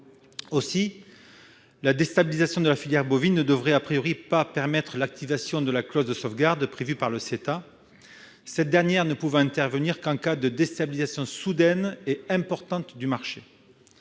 Aussi la déstabilisation de la filière bovine ne devrait-elle pas, permettre l'activation de la clause de sauvegarde prévue par le CETA, celle-ci ne pouvant intervenir qu'en cas de déstabilisation soudaine et importante du marché.